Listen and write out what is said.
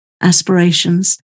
aspirations